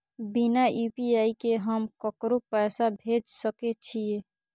बिना यू.पी.आई के हम ककरो पैसा भेज सके छिए?